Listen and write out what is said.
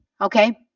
okay